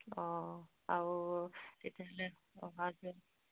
অঁ আৰু তেতিয়াহ'লে বজাৰত